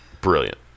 brilliant